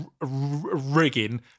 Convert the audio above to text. Rigging